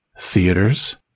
Theaters